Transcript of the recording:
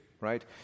right